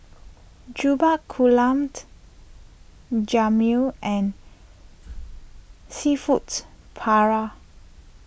Jokbal Gulabt Jamun and Seafoods Paella